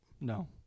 No